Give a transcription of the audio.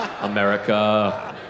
America